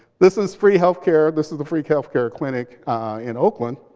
this is free health care. this is the free health care clinic in oakland,